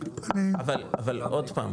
אבל עוד פעם,